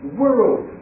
world